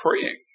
praying